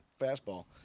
fastball